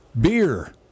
beer